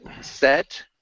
set